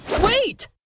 Wait